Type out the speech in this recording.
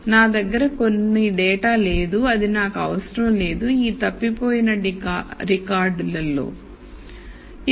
నా దగ్గర కొన్ని డేటా లేదు అది నాకు అవసరం లేదు ఈ తప్పిపోయిన డేటా రికార్డులలో ll కు